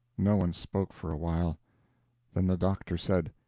no one spoke for a while then the doctor said